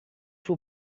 suo